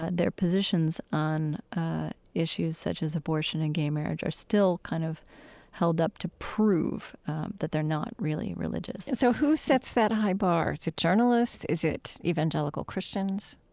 ah their positions on issues such as abortion and gay marriage are still kind of held up to prove that they're not really religious and so who sets that high bar? is it journalists? is it evangelical christians?